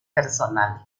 personal